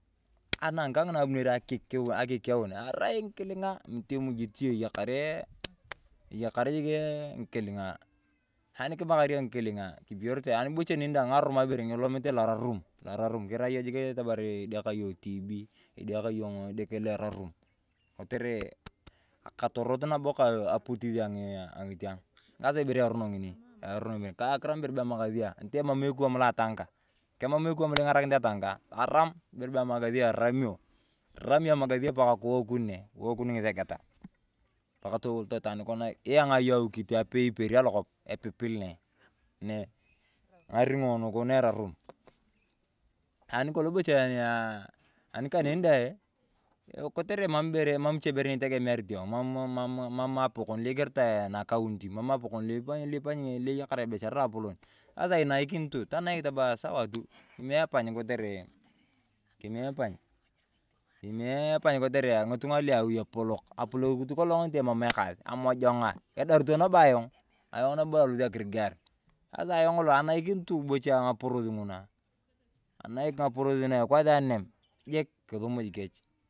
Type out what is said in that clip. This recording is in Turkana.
Anakaa ng’ina abunere akikuen arai mg’ikiling’a, mitii imujin yong iyakarii jikii ng’ikiling’a. Ani kimakar yong ng’ikiling’a, kipiyorete, ani bocha ng’arumaa ibere ng’ini elomete lo rarum. Kiraa yong jik atamar idekakin yong tibii, todekakin yong edeke lo erratum. Kotere akatorot nabo ka apotis nabo ang’iting, saasaa ibere erono ng’ini. Erono ng’ini kaa akiram amakasia ntii emaam ekuwom lo atakaa. Kimam ekuwon lo ing’arakinit atankaa, taram ibere bee amakasia eramio, erami yong amakasia paakaa towakun ne ng’isegetaa. Pakaa iyang’a yong awikit iperi anakop, epipil ne ng’aring’o nu na erratum. Anikolong bocha aah ani kaneni dee kotere emam ibere ichee itegemearit yong, emam apokon lo igiritae nakauntu, emam apokon lo eyakar ebishar loa polon, asaa inaikini tu, tanaik tamaa saawaa tu kimie ebay kotere, kimie ebay, kimie ebay kotere ng’itung’a lu awi apolout kolong emam ekas emojang’a kidarito nabo ayong, ayong nabo lo alosiakirigar. Asaa ayong lo anaikinit ng’aporos ng’una, tonaik ng’aporos ng’una na ekwaas anem jik kisumuj kechii.